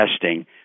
testing